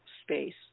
space